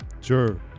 Sure